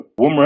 Woomera